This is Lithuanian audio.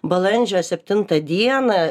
balandžio septintą dieną